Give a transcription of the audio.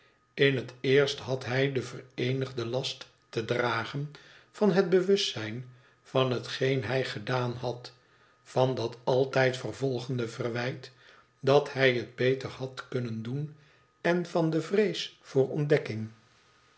in het eerst had hij den vereenigden last te dragen van het bewustzijn van hetgeen hij gedaan had van dat altijd vervolgende verwijt dat hij het beter had kunnen doen en van de vrees voor ontdekking